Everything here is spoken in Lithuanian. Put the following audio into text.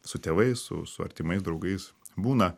su tėvais su su artimais draugais būna